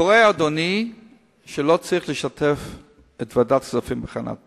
טועה אדוני שלא צריך לשתף את ועדת הכספים בהכנת התקציב.